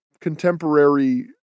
contemporary